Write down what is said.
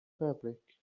fabric